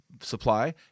supply